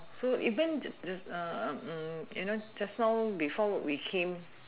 so even this uh you know just now before we came